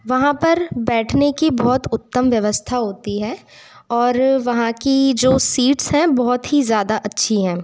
वहाँ पर बैठने की बहुत ही उत्तम व्यवस्था होती है और वहाँ की जो सिट्स है बहुत ही ज़्यादा अच्छी हैं